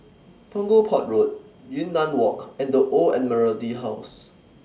Punggol Port Road Yunnan Walk and The Old Admiralty House